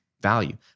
value